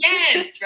Yes